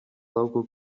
local